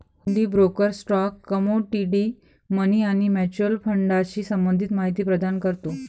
हुंडी broker stock, commodity, money आणि mutual फंडाशी संबंधित माहिती प्रदान करतो